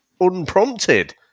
unprompted